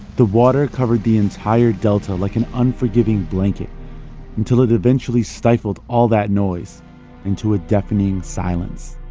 the water covered the entire delta like an unforgiving blanket until it eventually stifled all that noise into a deafening silence